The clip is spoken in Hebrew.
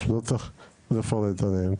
שלא צריך לפרט עליהן,